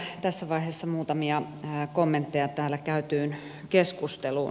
ehkä tässä vaiheessa muutamia kommentteja täällä käytyyn keskusteluun